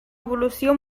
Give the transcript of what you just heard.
evolució